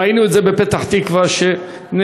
ראינו את זה בפתח-תקווה, שנהרגו